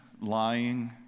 lying